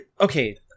okay